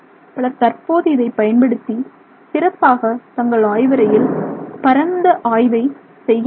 பலர் தற்போது இதை பயன்படுத்தி சிறப்பாக தங்கள் ஆய்வறையில் பரந்த ஆய்வை செய்கிறார்கள்